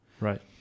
Right